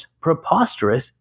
preposterous